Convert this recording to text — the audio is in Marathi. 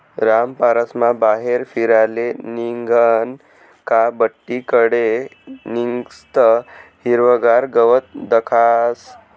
रामपाररमा बाहेर फिराले निंघनं का बठ्ठी कडे निस्तं हिरवंगार गवत दखास